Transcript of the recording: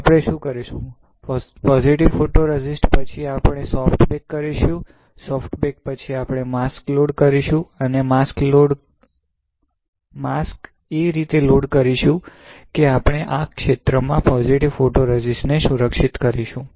આપણે શું કરીશું પોઝિટિવ ફોટોરેઝિસ્ટ પછી આપણે સોફ્ટ બેક કરીશું સોફ્ટ બેક પછી આપણે માસ્ક લોડ કરીશું અને માસ્ક એ રીતે લોડ કરીશું કે આપણે આ ક્ષેત્રમા પોજિટિવ ફોટોરેઝિસ્ટ ને સુરક્ષિત કરીશું